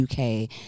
UK